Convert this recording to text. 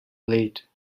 late